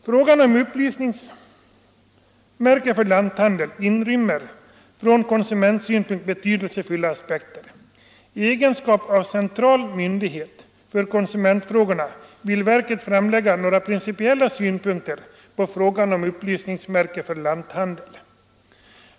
Frågan om upplysningsmärke för lanthandel inrymmer från konsumentsynpunkt betydelsefulla aspekter. I egenskap av central myndighet för konsumentfrågorna vill verket framlägga några principiella synpunkter på frågan om upplysningsmärke för lanthandel.